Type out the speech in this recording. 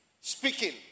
speaking